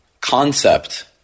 concept